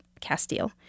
Castile